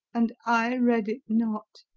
and i read it not.